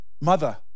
mother